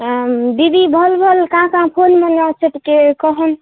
ଦିଦି ଭଲ ଭଲ କାଁ କାଁ ଫୋନ୍ମାନ୍ ଅଛି ଟିକେ କହନ୍